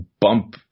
bump